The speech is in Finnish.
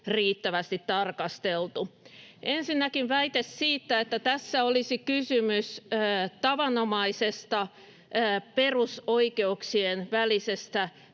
riittävästi tarkasteltu. Ensinnäkin väite siitä, että tässä olisi kysymys tavanomaisesta perusoikeuksien välisestä